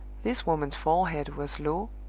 this woman's forehead was low,